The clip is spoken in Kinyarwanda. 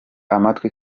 amatwi